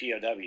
POW